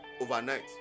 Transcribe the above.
overnight